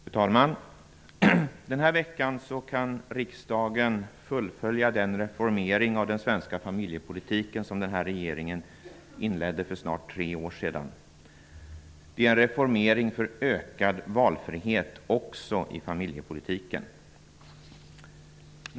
Fru talman! Den här veckan kan riksdagen fullfölja den reformering av den svenska familjepolitiken, som den här regeringen inledde för snart tre år sedan. Det är en reformering för ökad valfrihet också i familjepolitiken.